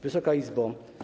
Wysoka Izbo!